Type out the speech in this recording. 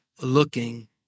looking